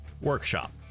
workshop